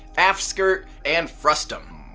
aft skirt and frustum,